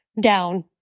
down